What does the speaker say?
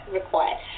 required